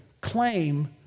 claim